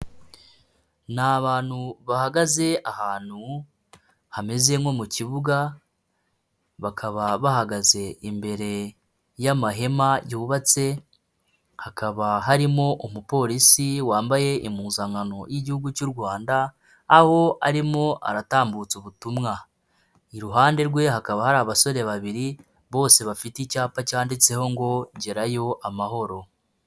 Ni abantu bahagaze ahantu hameze nko mu kibuga bakaba bahagaze imbere y'amahema yubatse hakaba harimo umupolisi wambaye impuzankano y'igihugu cy'u Rwanda aho arimo aratambutsa ubutumwa, iruhande rwe hakaba hari abasore babiri bose bafite icyapa cyanditseho ngo Gerayo Amahoro.